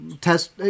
test